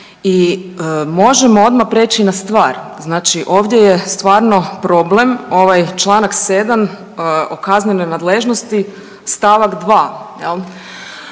i možemo odmah preći na stvar. Znači ovdje je stvarno problem ovaj čl. 7 o kaznenoj nadležnosti st. 2,